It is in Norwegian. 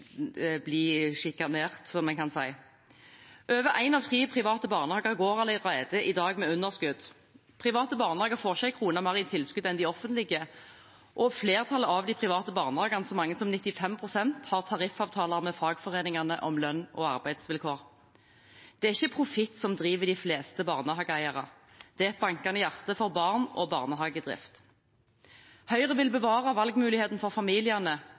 sjikanert, som vi kan kalle det. Over én av tre private barnehager går allerede i dag med underskudd. Private barnehager får ikke en krone mer i tilskudd enn de offentlige, og flertallet av de private barnehagene – så mange som 95 pst. – har tariffavtaler med fagforeningene om lønns- og arbeidsvilkår. Det er ikke profitt som driver de fleste barnehageeiere, det er et bankende hjerte for barn og barnehagedrift. Høyre vil bevare valgmuligheten for familiene